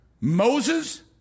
moses